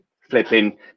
flipping